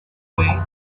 boy